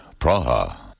Praha